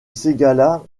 ségala